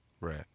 right